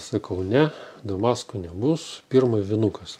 sakau ne damasko nebus pirma vinukas